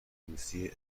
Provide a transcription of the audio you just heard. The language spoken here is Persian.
روسیه